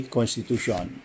Constitution